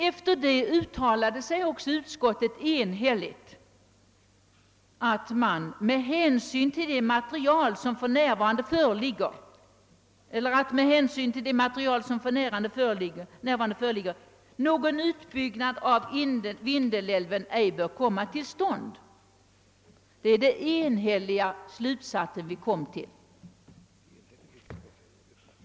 Efter detta uttalade också utskottet enhälligt att »med hänsyn till det material som för närvarande föreligger, någon utbyggnad av Vindelälven ej bör komma till stånd». Det är alltså den slutsats vi kommit till.